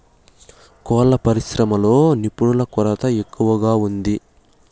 కోళ్ళ పరిశ్రమలో నిపుణుల కొరత ఎక్కువగా ఉంది